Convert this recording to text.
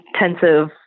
intensive